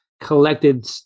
collected